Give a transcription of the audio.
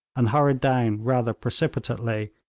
and hurried down rather precipitately,